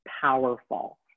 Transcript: powerful